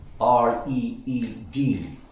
R-E-E-D